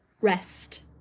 rest